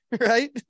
right